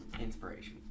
inspiration